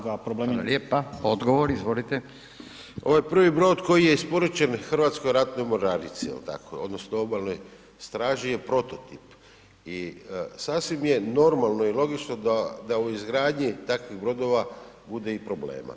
Ovo je prvi brod koji je isporučen Hrvatskoj ratnoj mornarici, jel tako, odnosno Obalnoj straži je prototip i sasvim je normalno i logično da u izgradnji takvih brodova bude i problema.